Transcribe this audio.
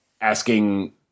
asking